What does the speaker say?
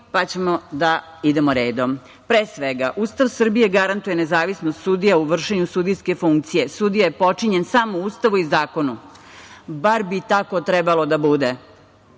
pa ćemo da idemo redom. Pre svega, Ustav Srbije garantuje nezavisnost sudija u vršenju sudijske funkcije. Sudija je potčinjen samo Ustavu i zakonu. Bar bi tako trebalo da bude.